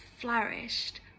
Flourished